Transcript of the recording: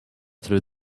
through